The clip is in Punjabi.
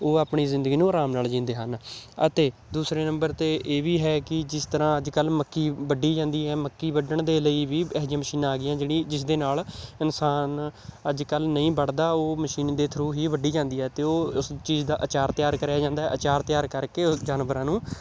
ਉਹ ਆਪਣੀ ਜ਼ਿੰਦਗੀ ਨੂੰ ਆਰਾਮ ਨਾਲ਼ ਜੀਉਂਦੇ ਹਨ ਅਤੇ ਦੂਸਰੇ ਨੰਬਰ 'ਤੇ ਇਹ ਵੀ ਹੈ ਕਿ ਜਿਸ ਤਰ੍ਹਾਂ ਅੱਜ ਕੱਲ੍ਹ ਮੱਕੀ ਵੱਢੀ ਜਾਂਦੀ ਹੈ ਮੱਕੀ ਵੱਢਣ ਦੇ ਲਈ ਵੀ ਇਹੋ ਜਿਹੀਆਂ ਮਸ਼ੀਨਾਂ ਆ ਗਈਆਂ ਜਿਹੜੀ ਜਿਸ ਦੇ ਨਾਲ਼ ਇਨਸਾਨ ਅੱਜ ਕੱਲ੍ਹ ਨਹੀਂ ਵੱਢਦਾ ਉਹ ਮਸ਼ੀਨ ਦੇ ਥਰੂ ਹੀ ਵੱਢੀ ਜਾਂਦੀ ਹੈ ਅਤੇ ਉਹ ਉਸ ਚੀਜ਼ ਦਾ ਅਚਾਰ ਤਿਆਰ ਕਰਿਆ ਜਾਂਦਾ ਅਚਾਰ ਤਿਆਰ ਕਰਕੇ ਉਹ ਜਾਨਵਰਾਂ ਨੂੰ